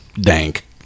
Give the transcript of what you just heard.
dank